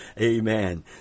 Amen